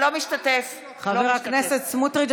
משתתף בהצבעה חברת הכנסת סמוטריץ',